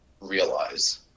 realize